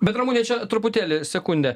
bet ramune čia truputėlį sekundę